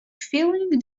feeling